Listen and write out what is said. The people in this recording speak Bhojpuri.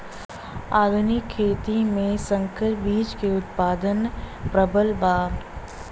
आधुनिक खेती में संकर बीज क उतपादन प्रबल बा